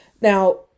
Now